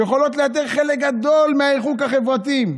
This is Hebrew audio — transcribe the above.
שיכולות לייתר חלק גדול מהריחוק החברתי.